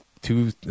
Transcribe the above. two